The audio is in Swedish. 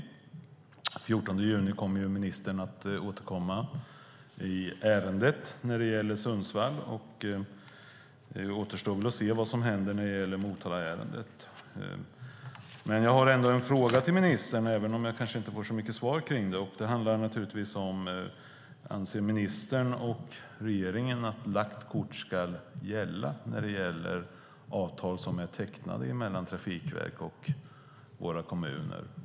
Den 14 juni kommer ju ministern att återkomma i ärendet när det gäller Sundsvall. Det återstår att se vad som händer när det gäller Motalaärendet. Jag har en fråga till ministern, även om jag kanske inte får så mycket svar på den. Anser ministern och regeringen att lagt kort ska ligga när det gäller avtal som är tecknade mellan trafikverk och våra kommuner?